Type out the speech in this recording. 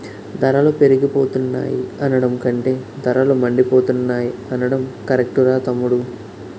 ధరలు పెరిగిపోతున్నాయి అనడం కంటే ధరలు మండిపోతున్నాయ్ అనడం కరెక్టురా తమ్ముడూ